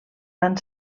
van